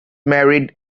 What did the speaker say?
married